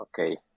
Okay